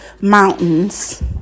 mountains